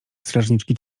strażniczki